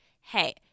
hey